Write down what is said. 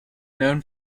known